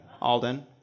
Alden